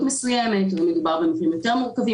מסוימות או אם מדובר במקרים מורכבים יותר,